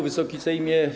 Wysoki Sejmie!